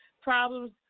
problems